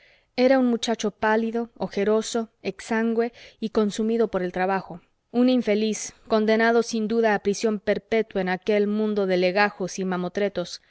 era un muchacho pálido ojeroso exangüe y consumido por el trabajo un infeliz condenado sin duda a prisión perpetua en aquel mundo de legajos y mamotretos